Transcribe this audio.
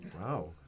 Wow